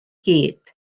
gyd